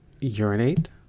Urinate